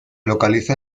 localiza